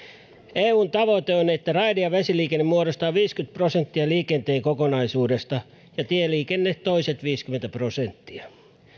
eun tavoite on että raide ja vesiliikenne muodostaa viisikymmentä prosenttia liikenteen kokonaisuudesta ja tieliikenne toiset viisikymmentä prosenttia